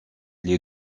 les